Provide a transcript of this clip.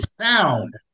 sound